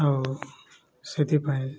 ଆଉ ସେଥିପାଇଁ